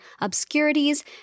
obscurities